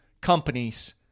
companies